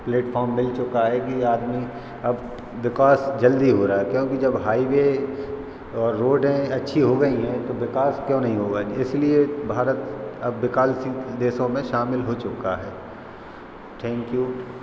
platform मिल चुका है कि आदमी अब विकास जल्दी हो रहा है क्योंकि जब हाइवे और रोडें अच्छी हो गई हैं तो विकास क्यों नहीं होगा इसलिए भारत अब विकाससील देशों में शामिल हो चुका है थैंकयू